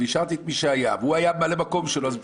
כשבוחרים ועדה משותפת, זה שמי ולא על מקום פנוי.